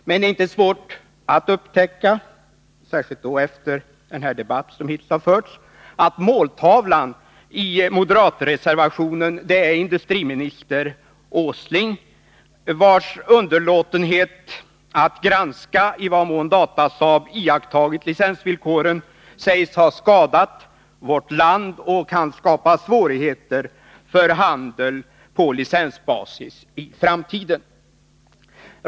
Men det är inte svårt att upptäcka — särskilt efter den debatt som hittills har förts — att måltavlan i moderatreservationen är industriminister Åsling. Hans underlåtenhet när det gäller frågan i vad mån Datasaab iakttagit licensvillkoren sägs ha skadat vårt land och kan skapa svårigheter för handel på licensbasis i framtiden.